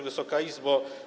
Wysoka Izbo!